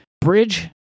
Bridge